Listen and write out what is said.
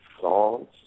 songs